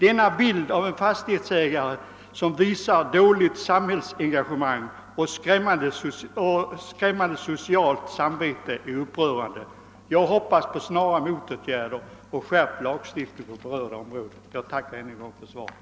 Denna bild av en fastighetsägare som visar dåligt samhällsengagemang är upprörande. Jag hoppas på snara motåtgärder och skärpt lagstiftning på berörda område. Jag tackar ännu en gång för svaret.